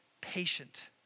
Patient